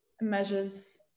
measures